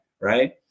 Right